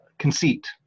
conceit